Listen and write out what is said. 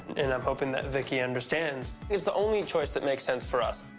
and i'm hoping that vicki understands. it's the only choice that makes sense for us.